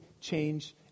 change